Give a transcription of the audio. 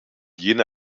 jene